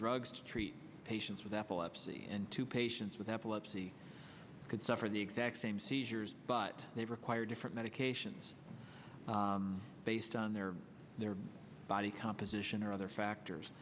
drugs to treat patients with epilepsy and two patients with epilepsy could suffer the exact same seizures but they require different medications based on their their body composition or other factors